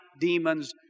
demons